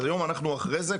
היום אנחנו אחרי זה.